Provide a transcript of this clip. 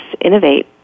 innovate